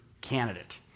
candidate